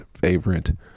favorite